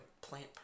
plant